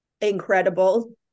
incredible